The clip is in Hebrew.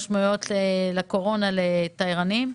משמעויות לקורונה לתיירנים.